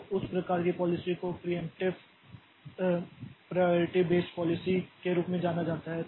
तो उस प्रकार की पॉलिसी को प्रियेंप्टिव प्राइयारिटी बेस्ड पॉलिसी के रूप में जाना जाता है